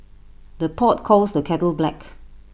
the pot calls the kettle black